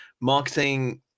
marketing